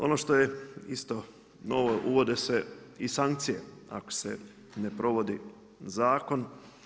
Ono što je isto novo, uvode se i sankcije, ako se ne provodi zakon.